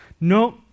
no